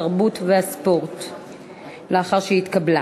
התרבות והספורט נתקבלה.